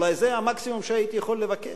אולי זה המקסימום שהייתי יכול לבקש.